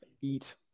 Eat